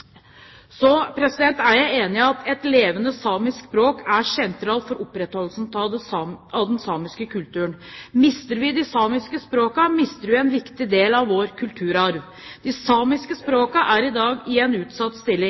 Så er jeg enig i at et levende samisk språk er sentralt for opprettholdelsen av den samiske kulturen. Mister vi de samiske språkene, mister vi en viktig del av vår kulturarv. De samiske språkene er i dag i en utsatt stilling.